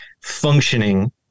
functioning